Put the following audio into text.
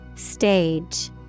Stage